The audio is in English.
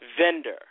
vendor